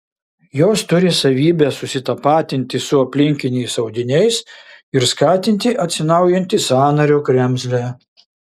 jos turi savybę susitapatinti su aplinkiniais audiniais ir skatinti atsinaujinti sąnario kremzlę